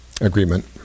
agreement